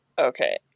Okay